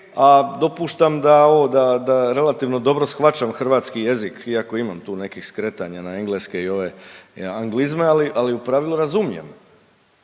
a dopuštam da ovo, da relativno dobro shvaćam hrvatski jezik iako imam tu nekih skretanja na engleske i ove anglizme, ali u pravilu, razumijem.